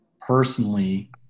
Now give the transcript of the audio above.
personally